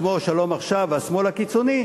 כמו "שלום עכשיו" והשמאל הקיצוני,